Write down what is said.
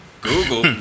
Google